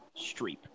Streep